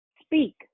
speak